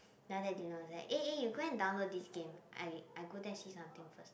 then after that Dylan was like eh eh you go and download this game I I go there see something first